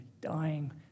dying